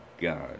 God